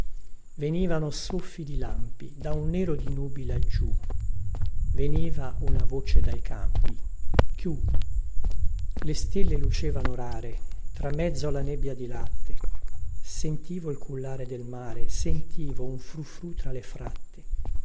venivano soffi di lampi da un nero di nubi laggiù veniva una voce dai campi chiù le stelle lucevano rare tra mezzo alla nebbia di latte sentivo il cullare del mare sentivo un fru fru tra le fratte